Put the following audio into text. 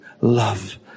love